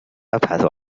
أبحث